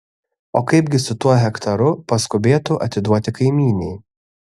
o kaipgi su tuo hektaru paskubėtu atiduoti kaimynei